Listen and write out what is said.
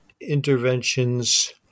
interventions